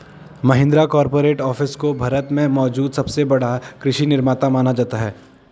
Mahindra corporate office को भारत में मौजूद सबसे बड़ा कृषि निर्माता माना जाता है